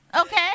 okay